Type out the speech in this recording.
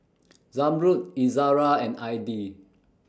Zamrud Izara and Adi